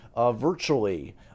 virtually